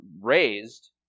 raised